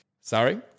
Sorry